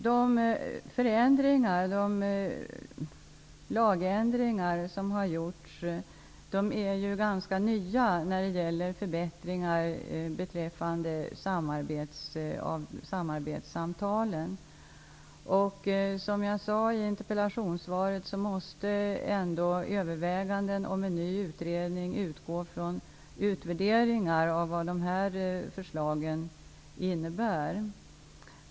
De lagändringar som har gjorts beträffande förbättringar av samarbetssamtalen är ganska nya. Som jag sade i interpellationssvaret måste överväganden om en ny utredning utgå från utvärderingar av vad de här förslagen innebär.